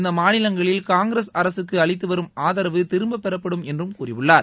இந்த மாநிலங்களில் காங்கிரஸ் அரசுக்கு அளித்து வரும் ஆதரவு திரும்பப் பெறப்படும் என்றும் கூறியுள்ளார்